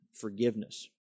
forgiveness